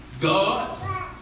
God